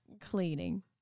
cleaning